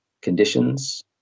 conditions